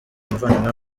umuvandimwe